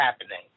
happening